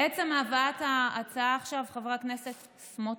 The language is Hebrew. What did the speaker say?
עצם הבאת ההצעה עכשיו, חבר הכנסת סמוטריץ',